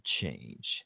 change